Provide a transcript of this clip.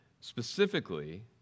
Specifically